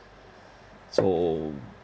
so